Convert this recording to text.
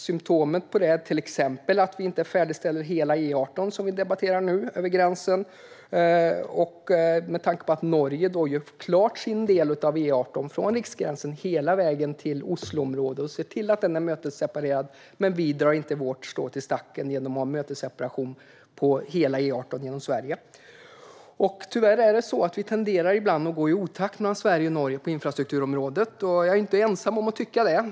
Symtomen på detta är att man inte färdigställer hela E18 över gränsen, som vi debatterar nu. Norge har gjort klar sin del av E18 från riksgränsen hela vägen till Osloområdet och sett till att vägen är mötesseparerad. Men vi drar inte vårt strå till stacken i och med att det inte finns mötesseparation på hela E18 genom Sverige. Tyvärr tenderar vi ibland att gå i otakt mellan Sverige och Norge på infrastrukturområdet. Jag är inte ensam om att tycka det.